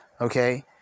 Okay